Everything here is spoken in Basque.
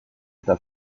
eta